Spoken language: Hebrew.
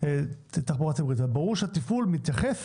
תחבורה ציבורית, אבל ברור שהתפעול מתייחס